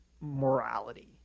morality